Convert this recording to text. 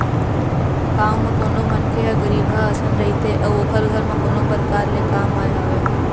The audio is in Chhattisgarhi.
गाँव म कोनो मनखे ह गरीबहा असन रहिथे अउ ओखर घर म कोनो परकार ले काम आय हवय